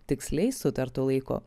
tiksliai sutartu laiku